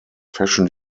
fashion